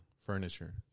furniture